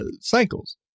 cycles